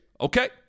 Okay